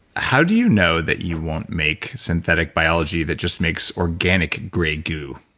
how do you know that you won't make synthetic biology that just makes organic grey goo?